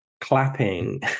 clapping